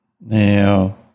Now